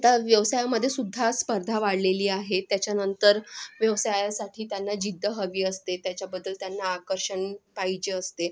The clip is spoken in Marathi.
तर व्यवसायामध्ये सुद्धा स्पर्धा वाढलेली आहे त्याच्यानंतर व्यवसायासाठी त्यांना जिद्द हवी असते त्याच्याबद्दल त्यांना आकर्षण पाहिजे असते